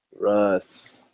Russ